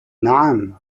نعم